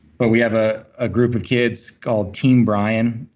but we have a ah group of kids called team bryan.